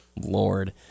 Lord